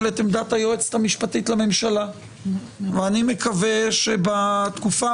את עמדת היועצת המשפטית לממשלה ואני מקווה שבתקופה